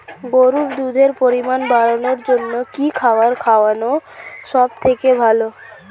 গরুর দুধের পরিমাণ বাড়ানোর জন্য কি খাবার খাওয়ানো সবথেকে ভালো?